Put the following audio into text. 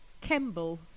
Kemble